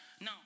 Now